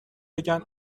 بگن